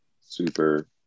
Super